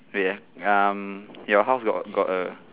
wait ah um your house got a got a